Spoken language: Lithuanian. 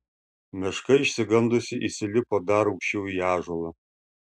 meška išsigandusi įsilipo dar aukščiau į ąžuolą